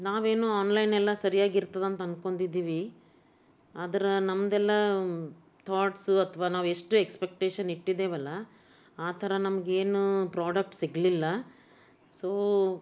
ನಾವೇನು ಆನ್ಲೈನ್ ಎಲ್ಲ ಸರಿಯಾಗಿರ್ತದೆ ಅಂತ ಅಂದ್ಕೊಂಡಿದ್ದೀವಿ ಆದ್ರೆ ನಮ್ಮದೆಲ್ಲ ತಾಟ್ಸ್ ಅಥ್ವಾ ನಾವೆಷ್ಟು ಎಕ್ಸ್ಪೆಕ್ಟೇಷನ್ ಇಟ್ಟಿದ್ದೇವಲ್ಲ ಆ ಥರ ನಮಗೇನೂ ಪ್ರಾಡಕ್ಟ್ಸ್ ಸಿಗಲಿಲ್ಲ ಸೋ